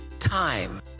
time